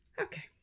Okay